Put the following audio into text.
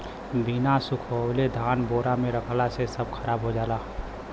बिना सुखवले धान बोरा में रखला से सब खराब हो जाला